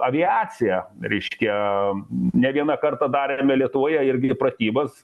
aviacija reiškia ne vieną kartą darėme lietuvoje irgi pratybas